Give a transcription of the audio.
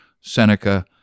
Seneca